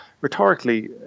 rhetorically